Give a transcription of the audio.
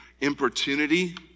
importunity